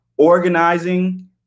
organizing